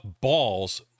balls